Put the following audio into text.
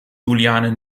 juliane